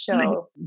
show